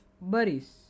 Baris